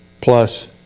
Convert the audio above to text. plus